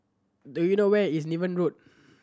do you know where is Niven Road